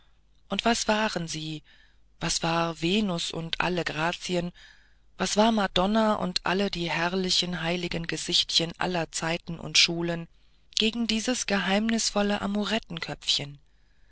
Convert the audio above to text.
und was waren sie was war venus und alle grazien was war madonna und alle die herrlichen heiligen gesichtchen aller zeiten und schulen gegen dieses geheimnisvolle